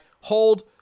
Hold